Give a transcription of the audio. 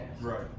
right